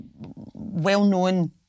well-known